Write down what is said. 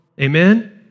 Amen